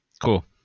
cool